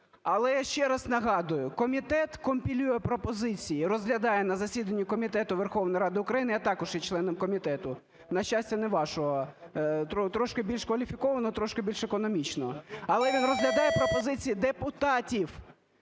Але ще раз нагадую, комітет компілює пропозиції, розглядає на засіданні комітету Верховної Ради України, я також є членом комітету, на щастя, не вашого, трошки більш кваліфікованого, трошки більш економічного. Але він розглядає пропозиції депутатів,